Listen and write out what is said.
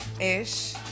ish